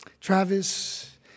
Travis